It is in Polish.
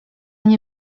nie